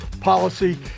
policy